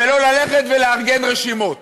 ולא ללכת ולארגן רשימות